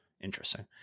Interesting